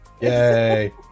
Yay